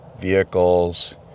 vehicles